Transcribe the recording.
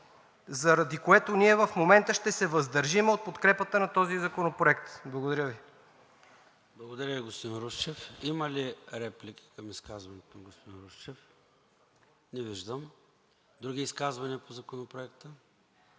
заради което ние в момента ще се въздържим от подкрепата на този законопроект. Благодаря Ви. ПРЕДСЕДАТЕЛ ЙОРДАН ЦОНЕВ: Благодаря Ви, господин Русчев. Има ли реплика към изказването на господин Русчев? Не виждам. Други изказвания по Законопроекта?